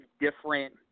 different